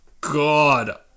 god